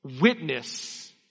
witness